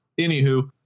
Anywho